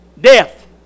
death